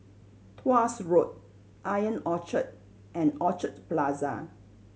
Tuas Road Ion Orchard and Orchard Plaza